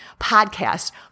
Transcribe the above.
podcast